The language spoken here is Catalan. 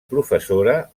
professora